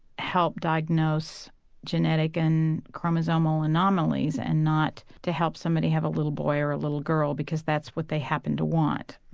help diagnose genetic and chromosomal anomalies and not to help somebody have a little boy or a little girl because that's what they happen to want.